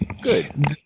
Good